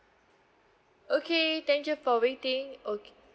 okay thank you for waiting okay